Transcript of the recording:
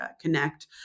connect